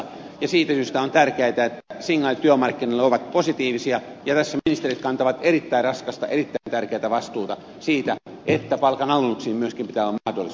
siitä syystä on tärkeätä että signaalit työmarkkinoille ovat positiivisia ja tässä ministerit kantavat erittäin raskasta erittäin tärkeätä vastuuta siitä että palkanalennuksiin myöskin pitää olla mahdollisuus